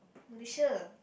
Malaysia